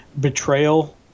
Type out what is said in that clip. Betrayal